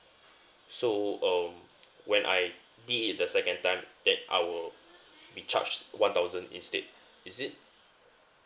so um when I did it the second time that I will be charged one thousand instead is it